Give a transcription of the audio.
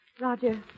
Roger